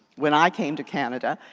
when i came to canada,